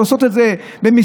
שעושות את זה במסירות,